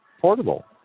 portable